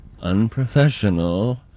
unprofessional